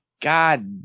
god